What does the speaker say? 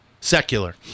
secular